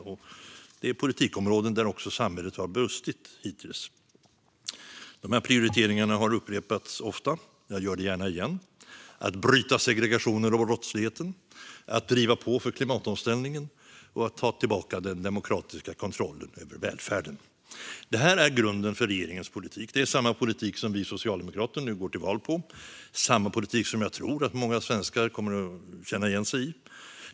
Detta är politikområden där samhället har brustit hittills. Dessa prioriteringar har upprepats ofta, men jag gör det gärna igen. Prioriteringarna är att bryta segregationen och brottsligheten, att driva på för klimatomställningen och att ta tillbaka den demokratiska kontrollen över välfärden. Det här är grunden för regeringens politik. Det är samma politik som vi socialdemokrater nu går till val på och en politik som jag tror att många svenskar kommer att känna igen sig i.